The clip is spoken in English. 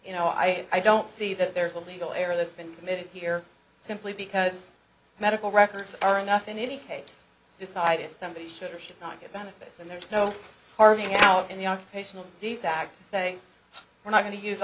you know i i don't see that there's a legal error that's been committed here simply because medical records are enough in any case to decide if somebody should or should not get benefits and there's no carving out in the occupational de facto saying we're not going to use